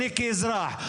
אני כאזרח,